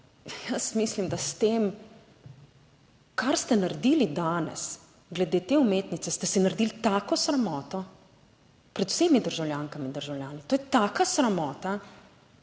jaz mislim, da s tem, kar ste naredili danes glede te umetnice, ste si naredili tako sramoto pred vsemi državljankami in državljani. To je taka sramota.